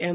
એમ